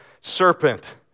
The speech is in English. Serpent